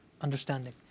understanding